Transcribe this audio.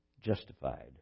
justified